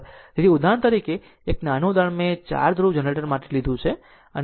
તેથી ઉદાહરણ તરીકે એક નાનું ઉદાહરણ મેં 4 ધ્રુવ જનરેટર માટે લીધું છે